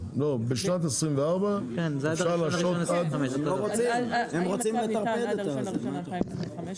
בשנת 2024 אפשר להשהות עד --- אם הצו ניתן עד ה-1 בינואר 2025,